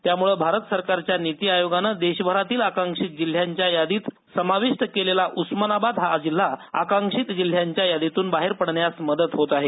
त्यामुळे भारत सरकारच्या निती आयोगाने देशभरातील आकांक्षित जिल्ह्यांच्या यादीत समाविष्ट केलेला उस्मानाबाद हा जिल्हा आकांक्षीत जिल्ह्याच्या यादीतून बाहेर पडण्यास मदत होत आहे